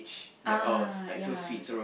ah ya